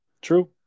True